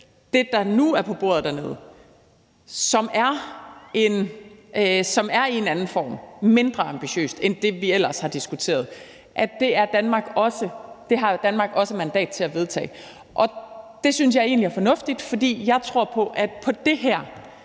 det, der nu er på bordet dernede, og som i en eller anden form er mindre ambitiøst end det, vi ellers har diskuteret, har Danmark også mandat til at vedtage, og det synes jeg egentlig er fornuftigt. For jeg tror på, at med det her